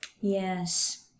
Yes